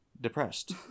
depressed